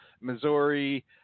Missouri